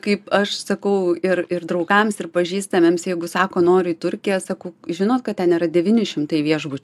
kaip aš sakau ir ir draugams ir pažįstamiems jeigu sako noriu į turkiją sakau žinot kad ten yra devyni šimtai viešbučių